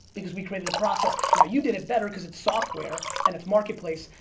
because we created a process. now you did it better because it's software and it's marketplace.